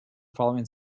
following